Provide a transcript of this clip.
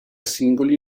singoli